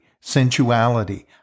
sensuality